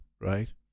right